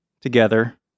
together